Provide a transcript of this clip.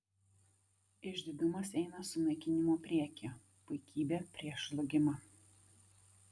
išdidumas eina sunaikinimo priekyje puikybė prieš žlugimą